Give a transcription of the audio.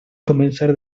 comenzar